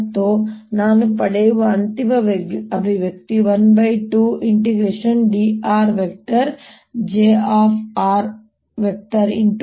ಮತ್ತು ಆದ್ದರಿಂದ ನಾನು ಪಡೆಯುವ ಅಂತಿಮ ಅಭಿವ್ಯಕ್ತಿ 12dr jr